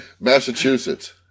Massachusetts